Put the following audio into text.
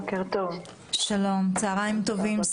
צוהריים טובים,